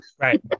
Right